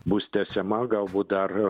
bus tęsiama galbūt dar